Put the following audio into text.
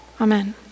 Amen